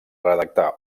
redactar